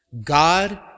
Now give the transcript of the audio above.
God